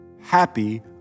happy